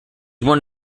one